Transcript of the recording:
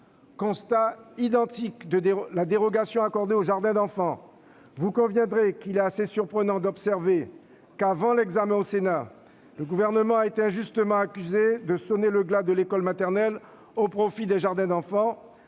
constat est identique concernant la dérogation accordée aux jardins d'enfants. Il est assez surprenant d'observer qu'avant l'examen au Sénat le Gouvernement a été injustement accusé de sonner le glas de l'école maternelle au profit des jardins d'enfants